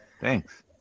Thanks